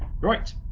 Right